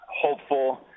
hopeful